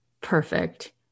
perfect